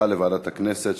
מגבלת היצוא,